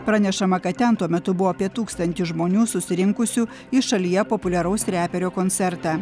pranešama kad ten tuo metu buvo apie tūkstantį žmonių susirinkusių į šalyje populiaraus reperio koncertą